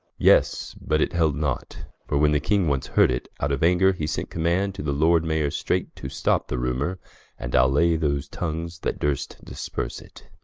yes, but it held not for when the king once heard it, out of anger he sent command to the lord mayor straight to stop the rumor and allay those tongues that durst disperse it